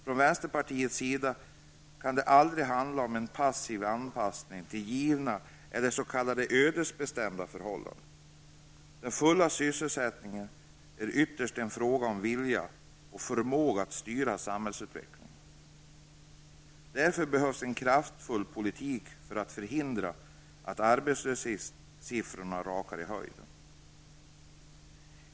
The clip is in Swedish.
För vänsterpartiets del kan det aldrig handla om en passiv anpassning till givna eller s.k. ödesbestämda förhållanden. Den fulla sysselsättningen är ytterst en fråga om vilja och förmåga att styra samhällsutvecklingen. Därför behövs en kraftfull politik för att förhindra att arbetslöshetssiffrorna rakar i höjden.